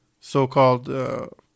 so-called